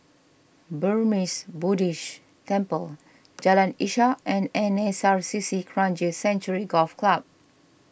Burmese Buddhist Temple Jalan Ishak and N S R C C Kranji Sanctuary Golf Club